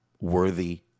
worthy